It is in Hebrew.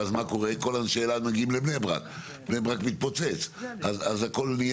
ואז כל אנשי אלעד מגיעים לבני ברק ובבני ברק הופך להיות צפוף.